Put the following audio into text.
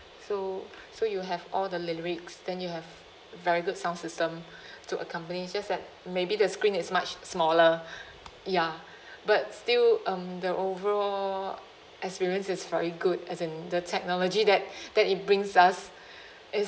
so so you have all the lyrics then you have very good sound system to accompany just that maybe the screen is much smaller ya but still um the overall experience is very good as in the technology that that it brings us is